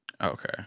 Okay